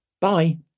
Bye